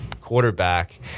quarterback